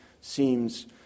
seems